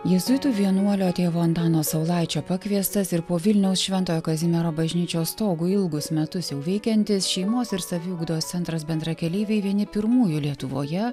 jėzuitų vienuolio tėvo antano saulaičio pakviestas ir po vilniaus šventojo kazimiero bažnyčios stogu ilgus metus jau veikiantis šeimos ir saviugdos centras bendrakeleiviai vieni pirmųjų lietuvoje